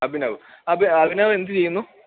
അഭിനവ് അഭിനവെന്ത് ചെയ്യുന്നു